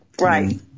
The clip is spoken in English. Right